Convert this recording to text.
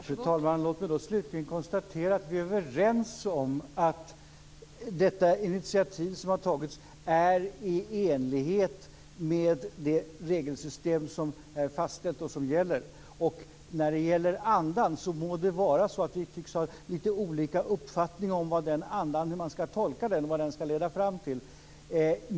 Fru talman! Låt mig då slutligen konstatera att vi är överens om att det initiativ som har tagits är i enlighet med det regelsystem som är fastställt och som gäller. När det gäller andan må det vara så att vi har lite olika uppfattningar. Vi har lite olika uppfattningar om hur den skall tolkas och om vad den skall leda fram till.